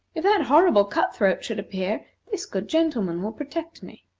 if that horrible cut-throat should appear, this good gentleman will protect me.